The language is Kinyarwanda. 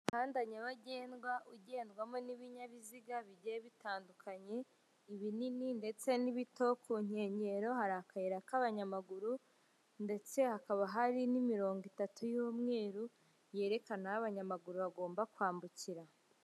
Umuhanda nyabagendwa ugendwamo n'ibinyabiziga bigiye bitandukanye, ibinini ndetse n'ibito, ku nkenyero hari akayira k'abanyamaguru ndetse hakaba hari n'imirongo itatu y'umweru yerekana aho abanyamaguru bagomba kwambukira.